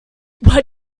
what